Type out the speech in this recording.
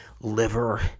liver